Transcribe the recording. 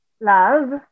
love